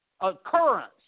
occurrence